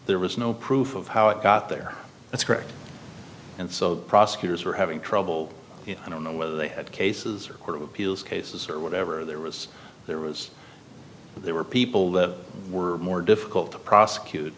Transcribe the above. there was no proof of how it got there that's correct and so the prosecutors were having trouble i don't know whether they had cases or court of appeals cases or whatever there was there was there were people that were more difficult to prosecute